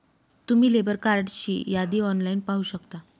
तुम्ही लेबर कार्डची यादी ऑनलाइन पाहू शकता